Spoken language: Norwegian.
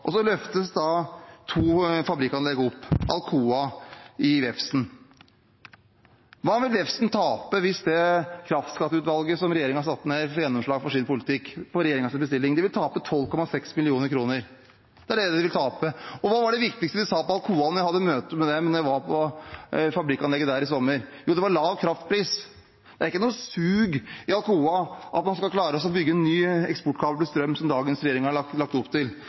forholdene. Så løftes to fabrikkanlegg opp. Når det gjelder Alcoa i Vefsn, hva vil Vefsn tape hvis det kraftskatteutvalget som regjeringen har satt ned, får gjennomslag for sin politikk på regjeringens bestilling? De vil tape 12,6 mill. kr. Det er det de vil tape. Hva sa de på Alcoa var det viktigste, da jeg hadde møte med dem på fabrikkanlegget der i sommer? Jo, det var lav kraftpris. Det er ikke noe sug i Alcoa etter å bygge en ny eksportkabel for strøm, som dagens regjering har lagt opp til.